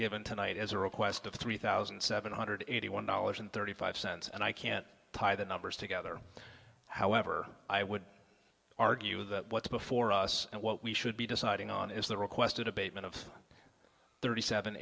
given tonight as a request of three thousand seven hundred eighty one dollars and thirty five cents and i can't tie the numbers together however i would argue that what's before us and what we should be deciding on is the requested abatement of thirty seven